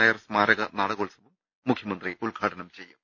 നായർ സ്മാരക നാട കോത്സവം മുഖ്യമന്ത്രി ഉദ്ഘാടനം ചെയ്യും